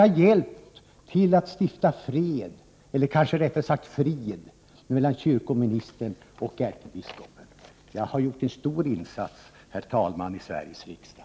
Jag har hjälpt till att stifta fred eller kanske, rättare sagt, frid mellan kyrkoministern och ärkebiskopen. Herr talman! Jag har gjort en stor insats i Sveriges riksdag!